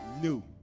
New